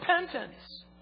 repentance